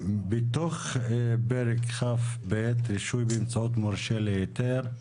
בתוך פרק כ"ב - (רישוי באמצעות מורשה להיתר)